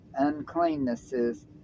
uncleannesses